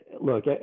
look